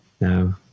No